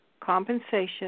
compensation